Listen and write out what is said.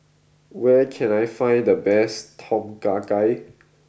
where can I find the best Tom Kha Gai